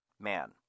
man